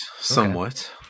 somewhat